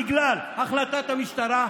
בגלל החלטת הממשלה,